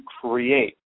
create